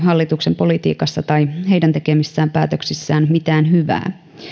hallituksen politiikassa tai heidän tekemissään päätöksissä mitään hyvää